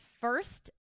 first